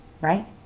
right